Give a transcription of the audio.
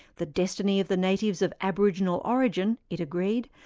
the destiny of the natives of aboriginal origin, it agreed,